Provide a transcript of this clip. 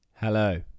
Hello